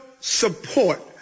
support